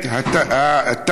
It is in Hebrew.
אם